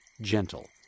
gentle